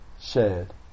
shared